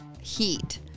heat